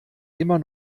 immer